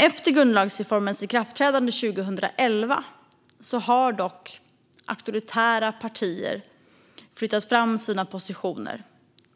Efter grundlagsreformens ikraftträdande 2011 har dock auktoritära partier flyttat fram sina positioner